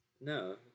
No